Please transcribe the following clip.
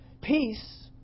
Peace